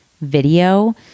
video